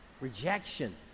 rejection